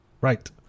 right